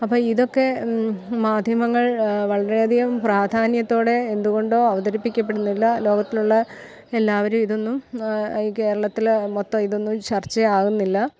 അപ്പം ഇതൊക്കെ മാധ്യമങ്ങൾ വളരെയധികം പ്രാധാന്യത്തോടെ എന്തുകൊണ്ടോ അവതരിപ്പിക്കപ്പെടുന്നില്ല ലോകത്തിലുള്ള എല്ലാവരും ഇതൊന്നും കേരളത്തിൽ മൊത്തമിതൊന്നും ചർച്ചയാകുന്നില്ല